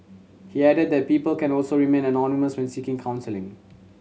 he added that people can also remain anonymous when seeking counselling